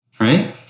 Right